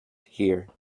here